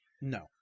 No